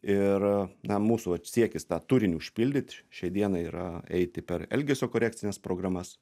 ir na mūsų vat siekis tą turinį užpildyt šiai dieną yra eiti per elgesio korekcines programas